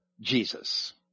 Jesus